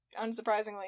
unsurprisingly